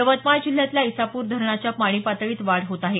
यवतमाळ जिल्ह्यातल्या ईसापूर धरणाच्या पाणी पातळीत वाढ होत आहे